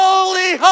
Holy